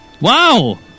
Wow